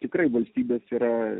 tikrai valstybės yra